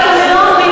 היה לך מאוד נוח,